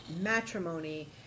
matrimony